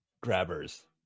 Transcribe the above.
grabbers